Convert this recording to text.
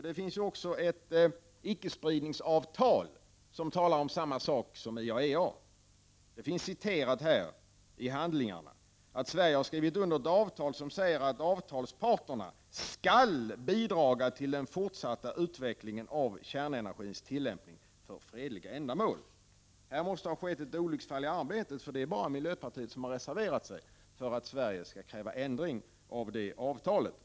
Det finns ju också ett icke-spridningsavtal av samma innehåll som IAEA. Det framgår av handlingarna att Sverige skrivit under ett avtal som föreskriver att avtals 33 parterna skall bidraga till den fortsatta utvecklingen av kärnenergins tillämpning för fredliga ändamål. Här måste det ha skett ett olycksfall i arbetet, eftersom det bara är miljöpartiet som reserverat sig för att Sverige skall kräva ändring av det avtalet.